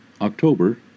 October